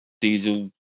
Diesel